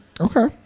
Okay